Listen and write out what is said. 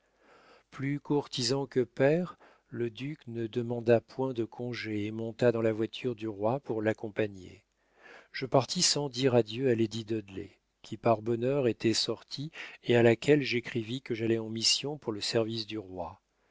plus courtisan que père le duc ne demanda point de congé et monta dans la voiture du roi pour l'accompagner je partis sans dire adieu à lady dudley qui par bonheur était sortie et à laquelle j'écrivis que j'allais en mission pour le service du roi